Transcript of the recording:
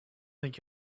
think